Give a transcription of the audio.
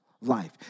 life